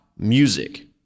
Music